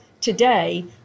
today